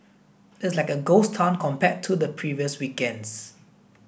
it is like a ghost town compared to the previous weekends